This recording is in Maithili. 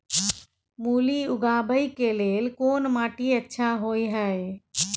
मूली उगाबै के लेल कोन माटी अच्छा होय है?